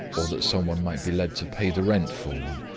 or that someone might be led to pay the rent for one,